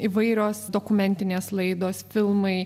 įvairios dokumentinės laidos filmai